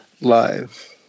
Live